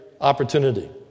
opportunity